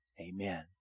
amen